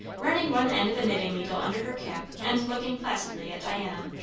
running one end of a knitting-needle under her cap and looking placidly at diana.